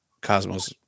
cosmos